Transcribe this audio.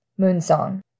Moonsong